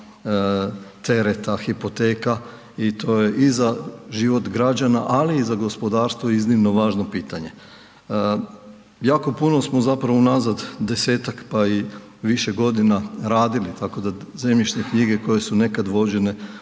tereta, hipoteka i to je i za život građana ali i za gospodarstvo iznimno važno pitanje. Jako puno smo zapravo u nazad 10-tak pa i više godina radili tako da zemljišne knjige koje su nekada vođene